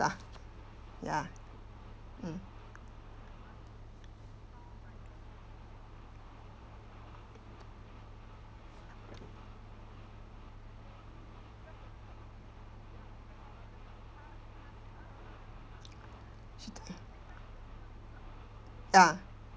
lah ya mm ya